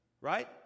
right